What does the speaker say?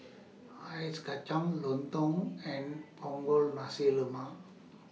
Ice Kacang Lontong and Punggol Nasi Lemak